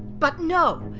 but no!